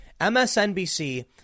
MSNBC